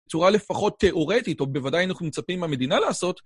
צורה לפחות תיאורטית, או בוודאי אנחנו מצפים מהמדינה לעשות.